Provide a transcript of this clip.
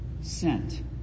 sent